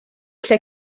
lle